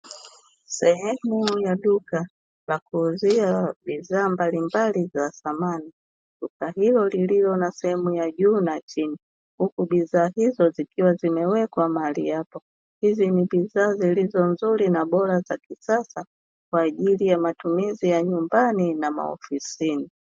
Sehemu ya duka la kuuzia bidhaa mbalimbali za thamani duka hilo likiwa na sehemu ya juu na chini, huku bidhaa hizo zikiwa zimewekwa mahali hapo. Hizi ni bidhaa nzuri na za kisasa kwa ajili ya matumizi ya nyumbani na maofisini.